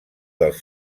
dels